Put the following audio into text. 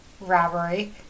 robbery